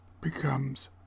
becomes